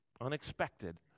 unexpected